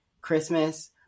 Christmas